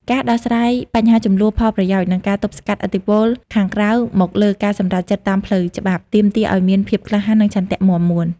ការដោះស្រាយបញ្ហាជម្លោះផលប្រយោជន៍ និងការទប់ស្កាត់ឥទ្ធិពលខាងក្រៅមកលើការសម្រេចចិត្តតាមផ្លូវច្បាប់ ទាមទារឱ្យមានភាពក្លាហាន និងឆន្ទៈមាំមួន។